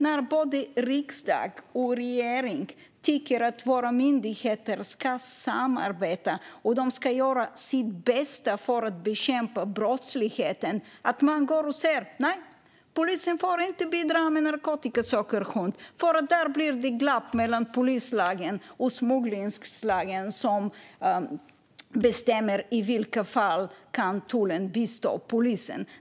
När både riksdag och regering tycker att våra myndigheter ska samarbeta och göra sitt bästa för att bekämpa brottsligheten, hur är det då möjligt att man säger att polisen inte får bidra med narkotikasökhund? Där blir det glapp mellan polislagen och smugglingslagen där det finns bestämmelser om i vilka fall som tullen kan bistå polisen.